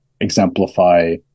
exemplify